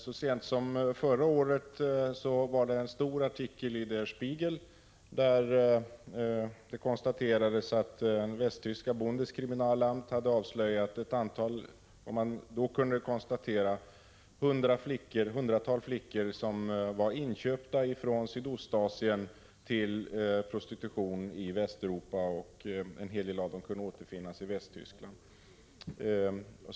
Så sent som förra året var det en stor artikel i Der Spiegel, där det konstaterades att västtyska Bundeskriminalamt hade avslöjat att hundratals flickor hade inköpts från Sydostasien till prostitution i Västeuropa och att en hel del av dessa flickor kunde återfinnas i Västtyskland.